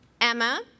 Emma